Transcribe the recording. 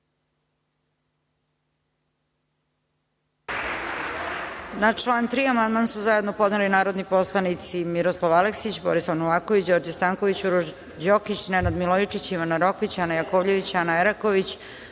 Na član 4. amandman su zajedno podneli narodni poslanici Miroslav Aleksić, Borislav Novaković, Đorđe Stanković, Uroš Đokić, Nenad Milojičić, Ivana Rokvić, Ana Jakovljević, Ana Eraković,